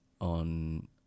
on